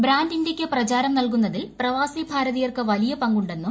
brand ഇന്ത്യക്ക് പ്രചാരം നൽകുന്നതിൽ പ്രവാസി ഭാരതീയർക്ക് വലിയ പങ്കുണ്ടെന്നും